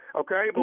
okay